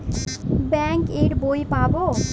Bank এর বই পাবো?